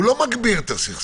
הוא לא מגביר את הסכסוכים.